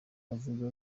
bavuga